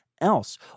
else